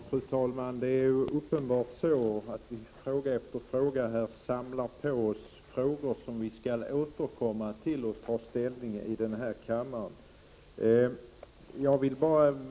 Fru talman! Det är uppenbart att vi i ärende efter ärende samlar på oss frågor som vi skall återkomma till för att senare kunna ta ställning till dem i denna kammare.